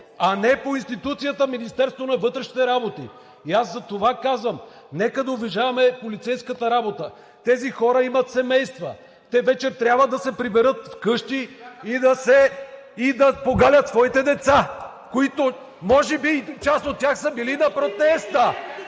а не по институцията – Министерство на вътрешните работи. Затова казвам: нека да уважаваме полицейската работа. Тези хора имат семейства, те вечер трябва да се приберат вкъщи и да погалят своите деца, а може би част от тях са били на протеста!